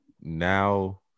now